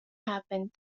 happened